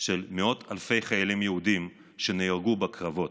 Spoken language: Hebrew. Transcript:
של מאות אלפי חיילים יהודים שנהרגו בקרבות.